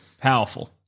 Powerful